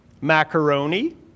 Macaroni